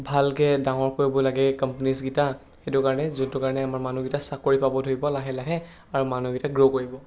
ভালকৈ ডাঙৰ কৰিব লাগে কম্পেনিজ কেইটা সেইটো কাৰণে যোনটো কাৰণে আমাৰ মানুহকেইটাৰ চাকৰি পাব ধৰিব লাহে লাহে আৰু মানুহকেইটা গ্ৰ' কৰিব